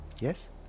yes